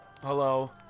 Hello